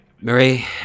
Marie